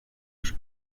już